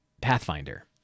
Pathfinder